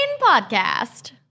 Podcast